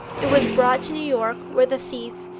it was brought to new york, where the thief,